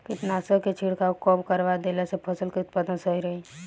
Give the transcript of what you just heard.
कीटनाशक के छिड़काव कब करवा देला से फसल के उत्पादन सही रही?